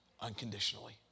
unconditionally